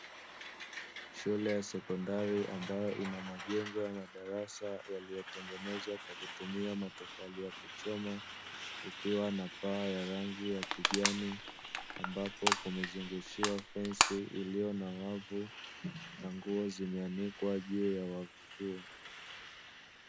Shule ya sekondari ambayo ina majengo ya madarasa yaliyotengenezwa kwa kutumia matofali ya kuchoma, kukiwa na paa ya rangi ya kijani ambapo kumezungushiwa fensi iliyo na wavu na nguo zimeanikwa juu ya wavu huo.